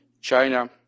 China